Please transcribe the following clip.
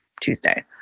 Tuesday